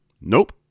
Nope